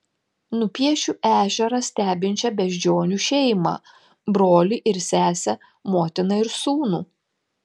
nupiešiu ežerą stebinčią beždžionių šeimą brolį ir sesę motiną ir sūnų